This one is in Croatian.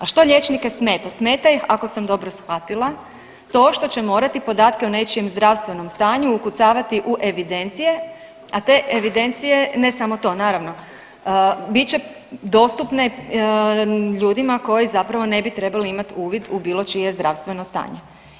A što liječnike smeta, smeta ih ako sam dobro shvatila to što će morati podatke o nečijem zdravstvenom stanju ukucavati u evidencije, a te evidencije, ne samo to naravno, bit će dostupne ljudima koji zapravo ne bi trebali imati uvid u bilo čije zdravstveno stanje.